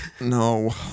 No